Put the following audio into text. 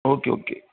okay okay